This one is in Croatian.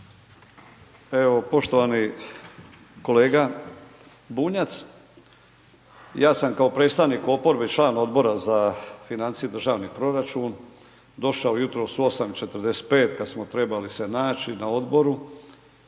Evo, poštovani kolega Bunjac, ja sam kao predstavnik oporbi i član Odbora za financije i državni proračun došao jutros u 8,45 kad smo trebali se naći na odboru,